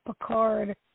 Picard